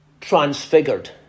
transfigured